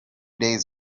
days